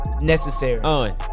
Necessary